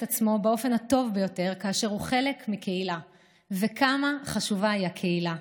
עצמו באופן הטוב ביותר כאשר הוא חלק מקהילה וכמה חשובה היא הקהילה.